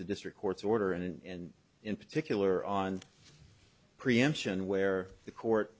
the district court's order and in particular on preemption where the court